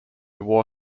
war